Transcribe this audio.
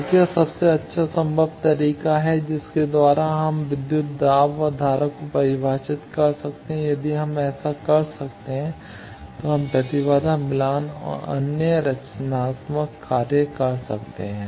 तो क्या सबसे अच्छा संभव तरीका है जिसके द्वारा हम विद्युत दाब और धारा को परिभाषित कर सकते हैं यदि हम ऐसा कर सकते हैं तो हम प्रतिबाधा मिलान और अन्य रचनात्मक कार्य कर सकते हैं